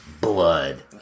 blood